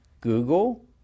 Google